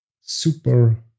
super